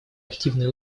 активные